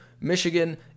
Michigan